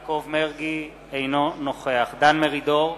אינו נוכח דן מרידור,